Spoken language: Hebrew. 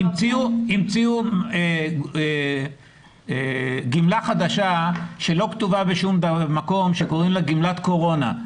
המציאו גמלה חדשה שלא כתובה בשום מקום וקוראים לה גמלת קורונה.